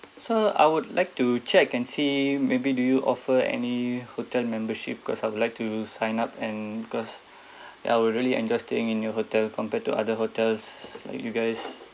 so I would like to check and see maybe do you offer any hotel membership because I would like to sign up and because I was really enjoyed staying in your hotel compared to other hotels like you guys